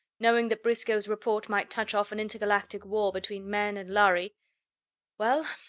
knowing that briscoe's report might touch off an intergalactic war between men and lhari well,